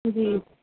جی